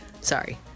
Sorry